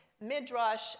Midrash